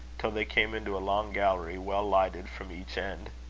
till they came into a long gallery, well lighted from each end.